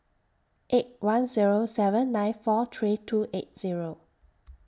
eight one Zero seven nine four three two eight Zero